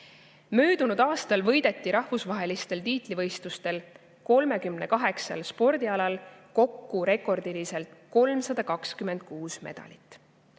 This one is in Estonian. Möödunud aastal võideti rahvusvahelistel tiitlivõistlustel 38 spordialal kokku rekordiliselt 326 medalit.